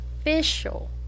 official